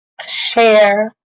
share